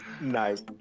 Nice